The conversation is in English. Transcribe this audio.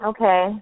Okay